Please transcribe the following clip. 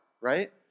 right